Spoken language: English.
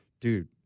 Dude